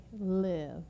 live